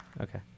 Okay